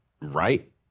right